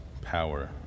power